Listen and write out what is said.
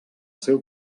seu